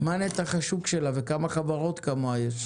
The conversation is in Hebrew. מה נתח השוק שלה וכמה חברות כמוה יש?